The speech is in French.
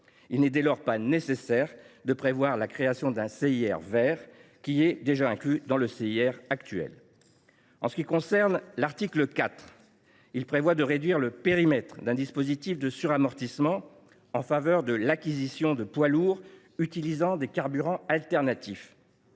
Il n’est dès lors pas nécessaire de prévoir la création d’un CIR vert, puisque celui ci est déjà inclus dans le CIR actuel. L’article 4 prévoit de réduire le périmètre d’un dispositif de suramortissement en faveur de l’acquisition de poids lourds utilisant des carburants alternatifs.